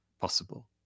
possible